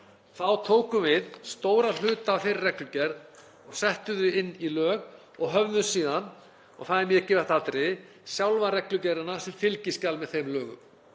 Þá tókum við stóran hluta af þeirri reglugerð og settum hann inn í lög og höfðum síðan, sem er mikilvægt atriði, sjálfa reglugerðina sem fylgiskjal með þeim lögum.